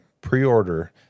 pre-order